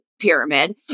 pyramid